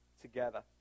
together